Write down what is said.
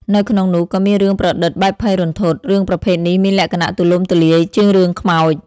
នៅក្នុងនោះក៏មានរឿងប្រឌិតបែបភ័យរន្ធត់ រឿងប្រភេទនេះមានលក្ខណៈទូលំទូលាយជាងរឿងខ្មោច។